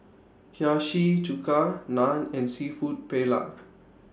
Hiyashi Chuka Naan and Seafood Paella